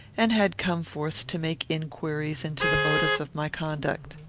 and had come forth to make inquiries into the motives of my conduct.